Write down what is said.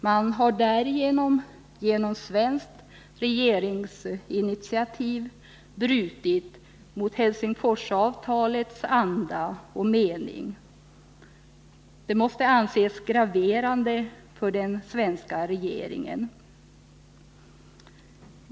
Man har därigenom på svenskt regeringsinitiativ brutit mot Helsingforsavtalets anda och mening. Det måste anses graverande för den svenska regeringen.